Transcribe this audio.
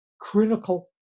critical